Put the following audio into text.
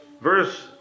Verse